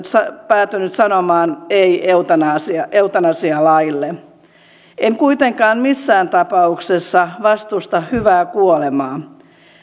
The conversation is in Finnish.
päätynyt sanomaan ei eutanasialaille en kuitenkaan missään tapauksessa vastusta hyvää kuolemaa